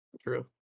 True